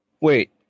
Wait